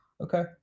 okay